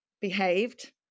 behaved